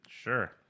Sure